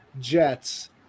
Jets